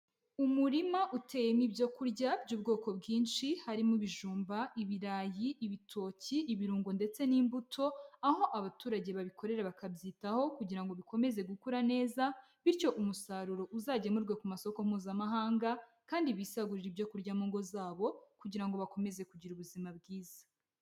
Umurima uteyemo ibyo kurya by'ubwoko bwinshi harimo ibijumba, ibirayi, ibitoki, ibirungo ndetse n'imbuto, aho abaturage babikorera bakabyitaho kugira ngo bikomeze gukura neza bityo umusaruro uzagemurwe ku masoko mpuzamahanga kandi bisagurira ibyo kurya mu ngo zabo kugira ngo bakomeze kugira ubuzima bwiza.